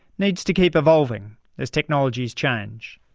needs to keep evolving as technologies change.